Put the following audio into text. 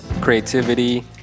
creativity